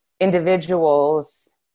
individuals